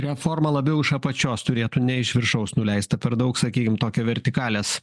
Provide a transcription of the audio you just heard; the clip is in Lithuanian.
reforma labiau iš apačios turėtų ne iš viršaus nuleista per daug sakykim tokio vertikalės